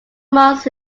months